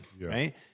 right